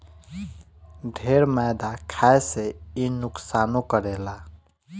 ढेर मैदा खाए से इ नुकसानो करेला